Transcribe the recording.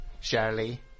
Shirley